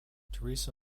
theresa